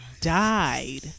died